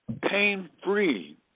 pain-free